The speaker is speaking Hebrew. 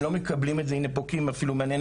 הם לא מקבלים את זה, והנה קים פה אפילו מהנהנת.